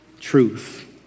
truth